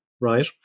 Right